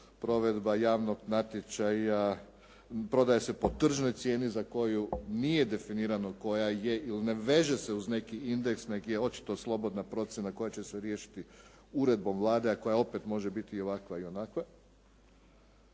provedba javnog natječaja. Prodaje se po tržnoj cijeni za koju nije definirano koja je ili ne veže se uz neki indeks nego je očito slobodna procjena koja će se riješiti uredbom Vlade, a koja opet može biti ovakva i onakva